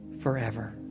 forever